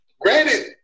granted